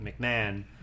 McMahon